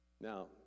Now